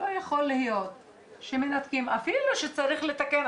לא יכול להיות שמנתקים, אפילו שצריך לתקן.